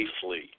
safely